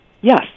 Yes